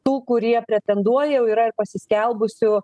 tų kurie pretenduoja jau yra ir pasiskelbusių